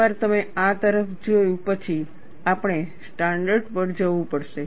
એકવાર તમે આ તરફ જોયું પછી આપણે સ્ટાન્ડર્ડો પર જવું પડશે